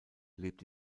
lebt